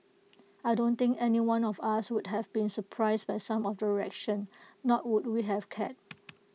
I don't think anyone of us would have been surprised by some of the reaction nor would we have cared